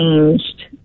changed